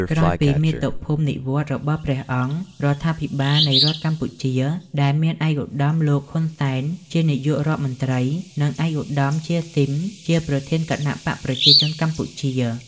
ក្រោយពីមាតុភូមិ និវត្តន៍របស់ព្រះអង្គរដ្ឋាភិបាលនៃរដ្ឋកម្ពុជា ដែលមានឯកឧត្តមលោក ហ៊ុន សែន ជានាយករដ្ឋ មន្រ្តី និង ឯកឧត្តម ជា ស៊ីម ជាប្រធានគណបក្សប្រជាជនកម្ពុជា។